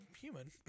human